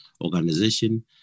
Organization